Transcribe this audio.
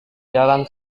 jalan